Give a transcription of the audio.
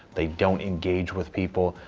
they don't engage with people,